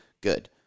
good